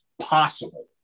possible